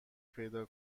پیدا